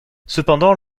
cependant